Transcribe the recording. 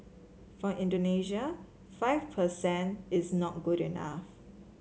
for Indonesia five per cent is not good enough